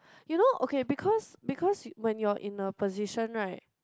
you know okay because because when you're in a position right